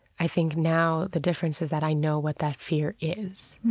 i think now the difference is that i know what that fear is,